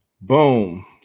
Boom